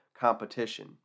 competition